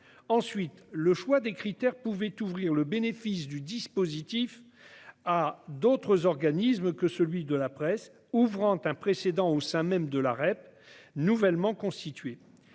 Ensuite, le choix des critères pouvait ouvrir le bénéfice du dispositif à d'autres organismes que celui de la presse ; c'était un précédent au sein de la REP nouvellement constituée.